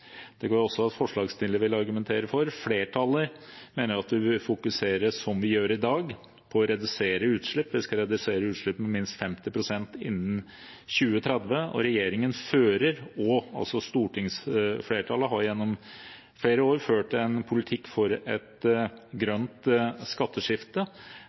Det går jeg også ut fra at forslagsstillerne vil argumentere for. Flertallet mener at vi bør fokusere, som vi gjør i dag, på å redusere utslipp. Vi skal redusere utslipp med minst 50 pst. innen 2030. Regjeringen og stortingsflertallet har gjennom flere år ført en politikk for et grønt skatteskifte